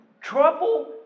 Trouble